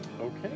Okay